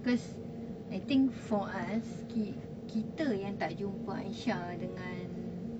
cause I think for us ki~ kita yang tak jumpa aisyah dengan